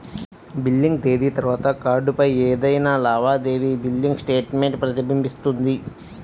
billing తేదీ తర్వాత కార్డ్పై ఏదైనా లావాదేవీ బిల్లింగ్ స్టేట్మెంట్ ప్రతిబింబిస్తుంది